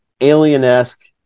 alien-esque